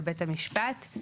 לבית המשפט.